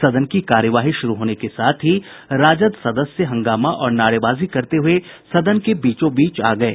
सदन की कार्यवाही शुरू होने के साथ ही राजद सदस्य हंगामा और नारेबाजी करते हुए सदन के बीचोंबीच आ गये